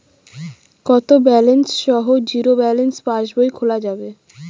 কত ব্যালেন্স সহ zero balance পাসবই খোলা যাবে?